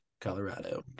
Colorado